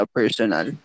personal